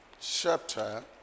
chapter